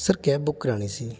sir cab book ਕਰਾਉਣੀ ਸੀ